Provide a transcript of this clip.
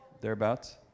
thereabouts